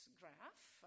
graph